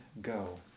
go